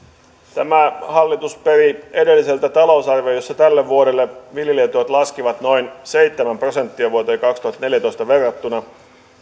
tämä hallitus peri edelliseltä talousarvion jossa tälle vuodelle viljelijätulot laskivat noin seitsemän prosenttia vuoteen kaksituhattaneljätoista verrattuna